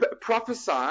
prophesy